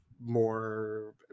more